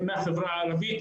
הם מהחברה הערבית,